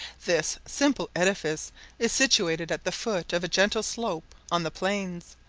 this simple edifice is situated at the foot of a gentle slope on the plains,